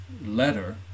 letter